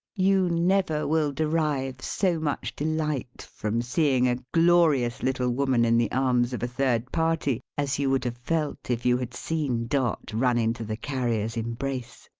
you never will derive so much delight from seeing a glorious little woman in the arms of a third party, as you would have felt if you had seen dot run into the carrier's embrace.